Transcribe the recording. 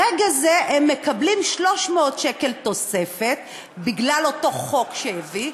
ברגע זה הם מקבלים 300 שקל תוספת, בגלל חוק שהביא,